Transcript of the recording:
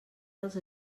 dels